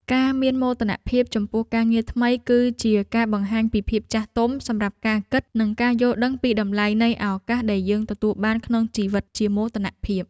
ការមានមោទនភាពចំពោះការងារថ្មីគឺជាការបង្ហាញពីភាពចាស់ទុំសម្រាប់ការគិតនិងការយល់ដឹងពីតម្លៃនៃឱកាសដែលយើងទទួលបានក្នុងជីវិតជាមោទនភាព។